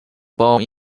born